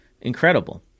Incredible